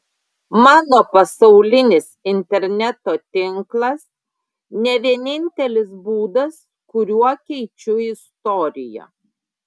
mano pasaulinis interneto tinklas ne vienintelis būdas kuriuo keičiu istoriją